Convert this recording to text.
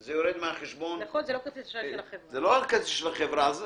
זה לא כרטיס אשראי של החברה.